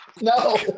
No